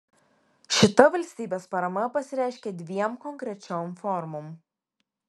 šita valstybės parama pasireiškia dviem konkrečiom formom